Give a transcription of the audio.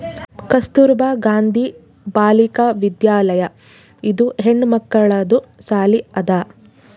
ಕಸ್ತೂರ್ಬಾ ಗಾಂಧಿ ಬಾಲಿಕಾ ವಿದ್ಯಾಲಯ ಇದು ಹೆಣ್ಮಕ್ಕಳದು ಸಾಲಿ ಅದಾ